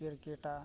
ᱠᱮᱨᱠᱮᱴᱟ